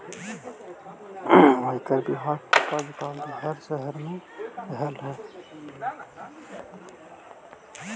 आयकर विभाग के कार्यालय हर शहर में रहऽ हई